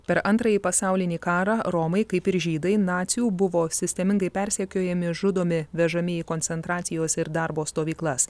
per antrąjį pasaulinį karą romai kaip ir žydai nacių buvo sistemingai persekiojami žudomi vežami į koncentracijos ir darbo stovyklas